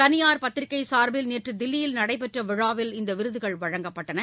தனியார் பத்திரிக்கை சார்பில் நேற்று தில்லியில் நடைபெற்ற விழாவில் இந்த விருதுகள் வழங்கப்பட்டன